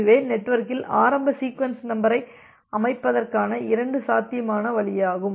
இதுவே நெட்வொர்க்கில் ஆரம்ப சீக்வென்ஸ் நம்பரை அமைப்பதற்கான இரண்டு சாத்தியமான வழியாகும்